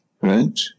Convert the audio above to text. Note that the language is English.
right